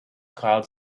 clouds